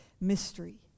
mystery